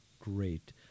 great